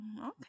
Okay